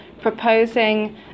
proposing